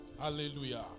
Hallelujah